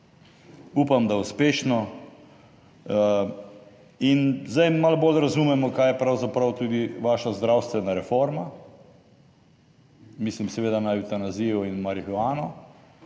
upam, da uspešno. In zdaj malo bolj razumemo kaj je pravzaprav tudi vaša zdravstvena reforma, mislim seveda na evtanazijo in marihuano.